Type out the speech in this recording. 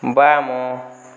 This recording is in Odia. ବାମ